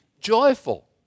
joyful